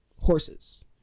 horses